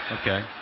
okay